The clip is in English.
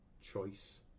choice